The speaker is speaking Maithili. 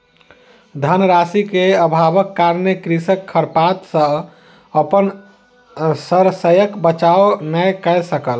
धन राशि के अभावक कारणेँ कृषक खरपात सॅ अपन शस्यक बचाव नै कय सकल